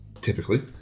Typically